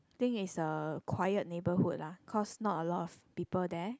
think is a quiet neighbourhood lah cause not a lot of people there